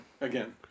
again